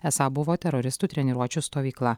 esą buvo teroristų treniruočių stovykla